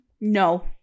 no